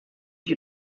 die